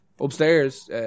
upstairs